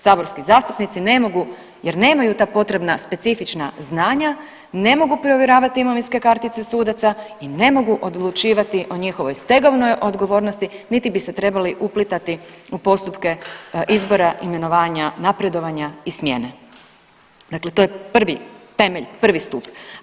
Saborski zastupnici ne mogu jer nemaju ta potrebna specifična znanja ne mogu provjeravati imovinske kartice sudaca i ne mogu odlučivati o njihovoj stegovnoj odgovornosti, niti bi se trebali uplitati u postupke izbora, imenovanja, napredovanja i smjene, dakle to je prvi temelj i prvi stup.